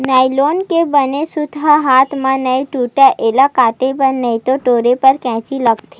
nylon के बने सूत ह हाथ म नइ टूटय, एला काटे बर नइते टोरे बर कइची लागथे